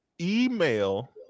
email